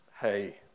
hey